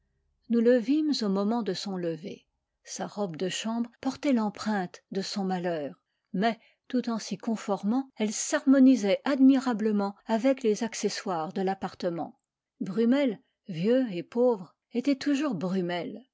nous le vîmes au moment de son lever sa robe de chambre portait l'empreinte de son malheur mais tout en s'y conformant elle s'harmonisait admirablement avec les accessoires de l'appartement brummel vieux et pauvre était toujours brummel